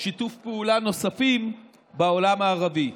שיתופי פעולה נוספים, בעולם הערבי.